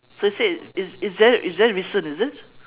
so you say it's it's very it's very recent is it